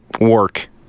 work